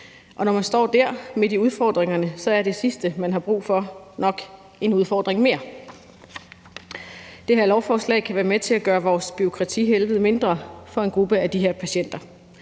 Når man står der midt i udfordringerne, er det sidste, man har brug for, nok en udfordring mere. Det her lovforslag kan være med til at gøre vores bureaukratihelvede mindre for en gruppe af de her patienter.